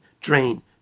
drain